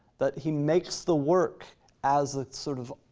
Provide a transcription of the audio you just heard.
that he makes the work as a sort of